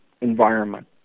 environment